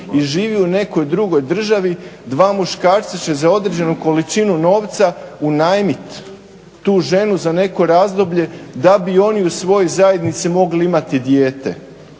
i živi u nekoj drugoj državi, dva muškarca će za određenu količinu novca unajmiti tu ženu za neko razdoblje da bi oni u svojoj zajednici mogli imati dijete.